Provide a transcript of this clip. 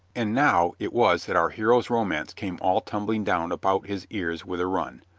and now it was that our hero's romance came all tumbling down about his ears with a run.